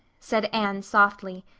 said anne softly,